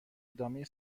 ادامه